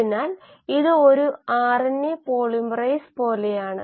module 3ൽ നമ്മൾ സംസാരിച്ച പോലെ എക്സ്ട്രാ സെല്ലുലാർ മെറ്റബോളിറ്റുകളെ അളക്കാൻ കഴിയും